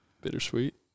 Bittersweet